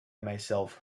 myself